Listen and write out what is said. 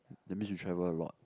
that means you travel a lot